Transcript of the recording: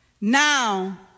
now